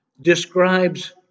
describes